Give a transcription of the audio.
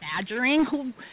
badgering